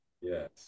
yes